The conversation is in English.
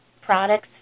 products